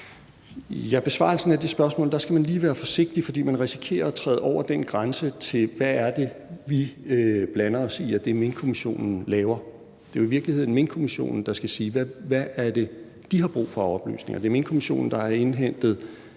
I besvarelsen af det spørgsmål skal man lige være forsigtig, fordi man risikerer at træde over den grænse til, hvad det er, vi blander os i af det, Minkkommissionen laver. Det er jo i virkeligheden Minkkommissionen, der skal sige, hvad det er, de har brug for af oplysninger. Det er Minkkommissionen, der har indhentet